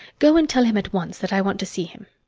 go and tell him at once that i want to see him.